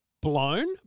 blown